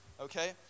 okay